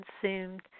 consumed